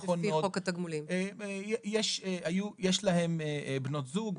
אנחנו בודקים אם יש להם נשים או בנות זוג,